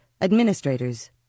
administrators